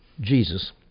Jesus